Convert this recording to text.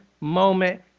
moment